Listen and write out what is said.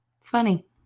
funny